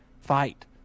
fight